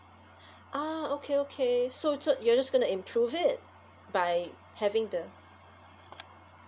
ah okay okay so so you're just gonna improve it by having the